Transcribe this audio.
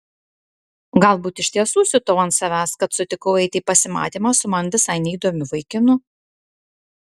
galbūt iš tiesų siutau ant savęs kad sutikau eiti į pasimatymą su man visai neįdomiu vaikinu